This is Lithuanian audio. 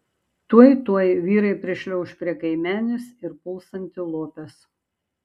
tuoj tuoj vyrai prišliauš prie kaimenės ir puls antilopes